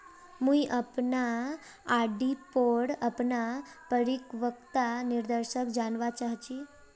मुई अपना आर.डी पोर अपना परिपक्वता निर्देश जानवा चहची